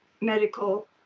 medical